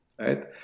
right